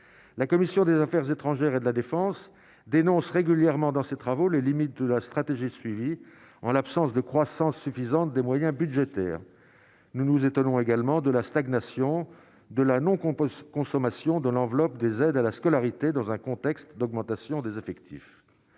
la commission des Affaires étrangères et de la défense dénonce régulièrement dans ses travaux, les limites de la stratégie suivie en l'absence de croissance suffisante des moyens budgétaires nous nous étonnons également de la stagnation de la non-qu'on peut se consommation de l'enveloppe des aides à la scolarité dans un contexte d'augmentation des effectifs